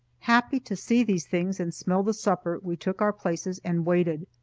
happy to see these things, and smell the supper, we took our places and waited.